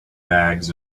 bags